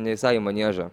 ne visai į maniežą